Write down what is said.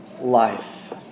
life